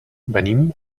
venim